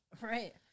Right